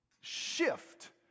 shift